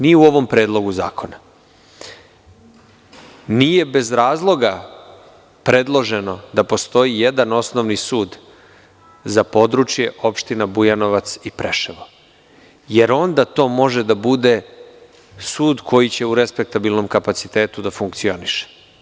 Ni u ovom predlogu zakona nije bez razloga predloženo da postoji jedan osnovni sud za područje opština Bujanovac i Preševo, jer onda to može da bude sud koji će u respektabilnom kapacitetu da funkcioniše.